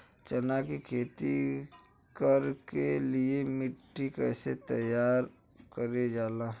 चना की खेती कर के लिए मिट्टी कैसे तैयार करें जाला?